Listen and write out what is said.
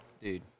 Dude